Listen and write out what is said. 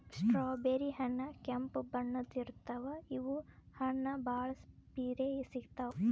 strawberry ಹಣ್ಣ್ ಕೆಂಪ್ ಬಣ್ಣದ್ ಇರ್ತವ್ ಇವ್ ಹಣ್ಣ್ ಭಾಳ್ ಪಿರೆ ಸಿಗ್ತಾವ್